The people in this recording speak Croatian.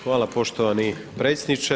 Hvala poštovani predsjedniče.